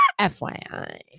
FYI